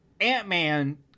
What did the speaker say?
Ant-Man